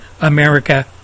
America